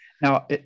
Now